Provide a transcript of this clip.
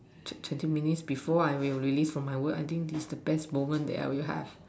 the twenty minutes before I will release for my work I think is the best moment I will have